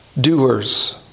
doers